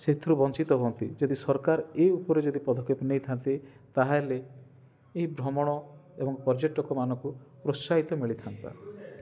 ସେଥିରୁ ବଞ୍ଚିତ ହୁଅନ୍ତି ଯଦି ସରକାର ଏ ଉପରେ ଯଦି ପଦକ୍ଷେପ ନେଇଥାନ୍ତେ ତାହେଲେ ଏଇ ଭ୍ରମଣ ପର୍ଯ୍ୟଟକ ମାନଙ୍କୁ ପ୍ରୋତ୍ସାହିତ ମିଳିଥାନ୍ତା